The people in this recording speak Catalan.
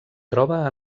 troba